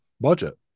budget